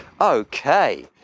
okay